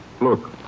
Look